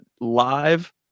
live